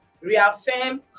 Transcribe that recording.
reaffirm